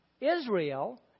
Israel